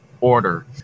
Order